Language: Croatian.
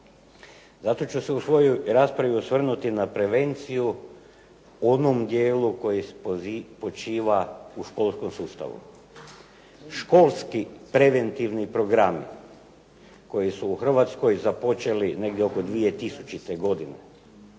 Zato ću se u svojoj raspravi osvrnuti na prevenciju u onom dijelu koji počiva u školskom programu. Školski preventivni programi koji su u Hrvatskoj počeli 2000. godine,